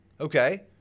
Okay